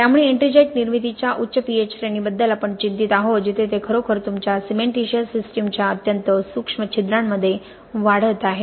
त्यामुळे एट्रिंजाईट निर्मितीच्या उच्च pH श्रेणींबद्दल आपण चिंतित आहोत जिथे ते खरोखर तुमच्या सिमेंटिशियस सिस्टमच्या अत्यंत सूक्ष्म छिद्रांमध्ये वाढत आहे